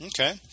okay